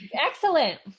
Excellent